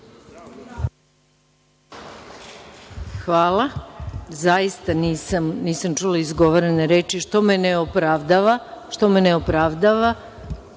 Hvala. Zaista nisam čula izgovorene reči, što me neopravdava.